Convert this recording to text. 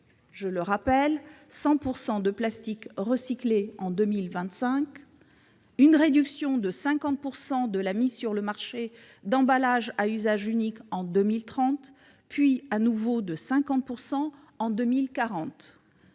des déchets : 100 % de plastique recyclé en 2025, une réduction de 50 % de la mise sur le marché d'emballages à usage unique d'ici à 2030, puis à nouveau de 50 % entre 2030